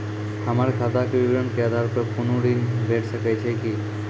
हमर खाता के विवरण के आधार प कुनू ऋण भेट सकै छै की?